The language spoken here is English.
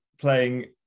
playing